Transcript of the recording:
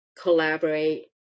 collaborate